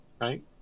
right